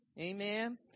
Amen